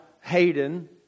Hayden